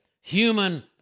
human